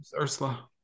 Ursula